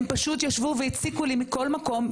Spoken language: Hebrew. הן פשוט ישבו והציקו לי מכל מקום,